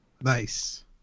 Nice